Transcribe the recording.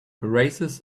races